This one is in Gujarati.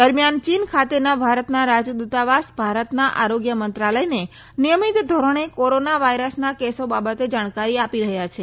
દરમિયાન ચીન ખાતેનો ભારતના રાજદ્રતાવાસ ભારતના આરોગ્ય મંત્રાલયને નિયમિત ધોરણે કોરોના વાયરસના કેસો બાબતે જાણકારી આપી રહ્યો છે